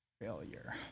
Failure